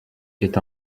est